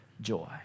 joy